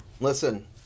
listen